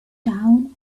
down